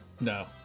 No